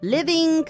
Living